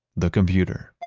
the computer